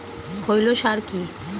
খৈল সার কি?